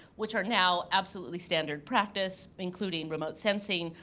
which are now absolutely standard practice, including remote sensing,